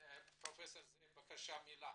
פרופ' זאב חנין בבקשה מילה.